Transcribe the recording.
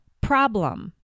problem